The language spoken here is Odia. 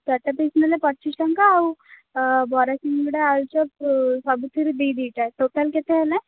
ଚାରିଟା ପିସ୍ ନେଲେ ପଚିଶି ଟଙ୍କା ଆଉ ବରା ସିଙ୍ଗଡ଼ା ଆଳୁଚପ୍ ସବୁଥିରୁ ଦୁଇ ଦୁଇଟା ଟୋଟାଲ୍ କେତେ ହେଲା